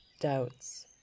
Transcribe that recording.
doubts